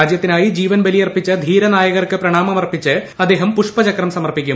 രാജ്യത്തിനായി ജീവൻ ബലിയർപ്പിച്ച ധീരനായകർക്ക് പ്രണാമമർപ്പിച്ച് അദ്ദേഹം പുഷ്പചക്രം സമർപ്പിക്കും